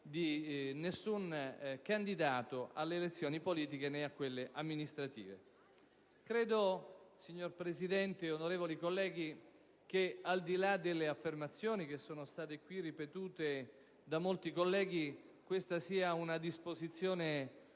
di nessun candidato alle elezioni politiche, né a quelle amministrative. Signora Presidente, onorevoli colleghi, al di là delle affermazioni che sono state qui ripetute da molti colleghi, credo che questa sia una disposizione